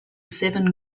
seven